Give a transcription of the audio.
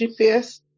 GPS